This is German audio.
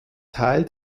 teil